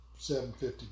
750